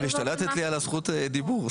--- לילך, השתלטת לי על זכות הדיבור.